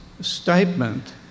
statement